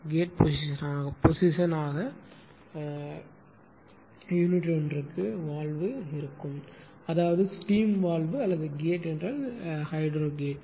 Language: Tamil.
கேட் பொசிஷனாக வால்வாக யூனிட் ஒன்றுக்கு அவை இருக்கும் அதாவது ஸ்டீம் வால்வு அல்லது கேட் என்றால் ஹைட்ரோ கேட்